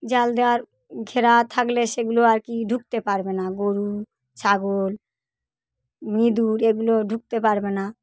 জাল দেওয়ার ঘেরা থাকলে সেগুলো আর কি ঢুকতে পারবে না গোরু ছাগল ইঁদুর এগুলো ঢুকতে পারবে না